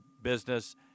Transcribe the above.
business